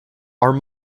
are